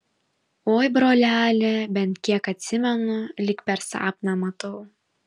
oi broleli bent kiek atsimenu lyg per sapną matau